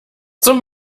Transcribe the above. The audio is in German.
zum